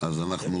אז אנחנו